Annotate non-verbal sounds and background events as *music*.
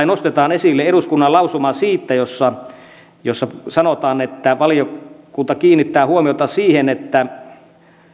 *unintelligible* nostetaan esille eduskunnan lausuma jossa sanotaan että valiokunta kiinnittää huomiota siihen että